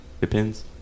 depends